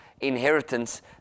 inheritance